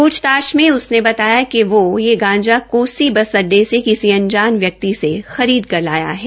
प्रछताछ में उसने बताया कि व यह गांजा कप्सी बस अड्डे से किसी अनज़ान व्यक्ति से खरीद कर लाया है